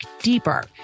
deeper